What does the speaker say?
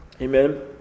Amen